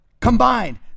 Combined